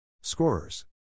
Scorers